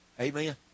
Amen